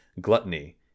gluttony